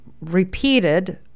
repeated